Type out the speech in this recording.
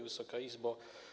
Wysoka Izbo!